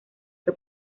que